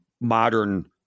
modern